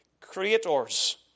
creators